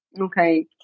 Okay